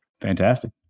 Fantastic